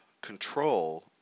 control